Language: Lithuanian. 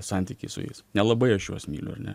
santykiai su jais nelabai aš juos myliu ar ne